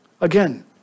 Again